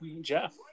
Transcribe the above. Jeff